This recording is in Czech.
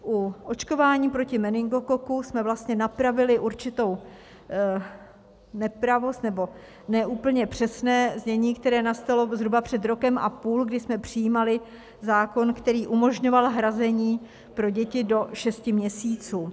U očkování proti meningokoku jsme vlastně napravili určitou nepravost, nebo ne úplně přesné znění, které nastalo zhruba před rokem a půl, kdy jsme přijímali zákon, který umožňoval hrazení pro děti do 6 měsíců.